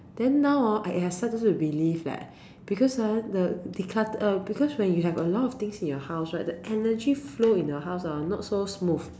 then now hor I I started to believe leh because ah the declut~ uh because when you have a lot of things in your house right the energy flow in your house hor not so smooth